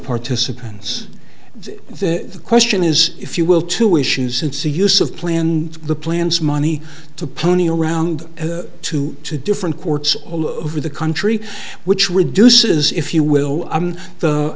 participants the question is if you will to issue since the use of plan the plans money to pony around to two different courts all over the country which reduces if you will